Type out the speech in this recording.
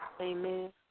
Amen